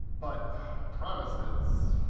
but promises,